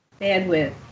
Bandwidth